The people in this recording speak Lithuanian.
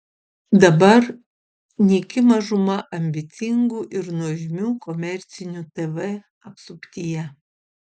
dabar nyki mažuma ambicingų ir nuožmių komercinių tv apsuptyje